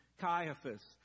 Caiaphas